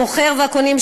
המוכר והקונים,